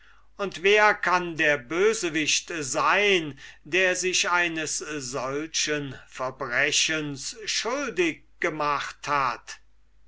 und wer kann der bösewicht sein der sich eines solchen verbrechens schuldig gemacht hat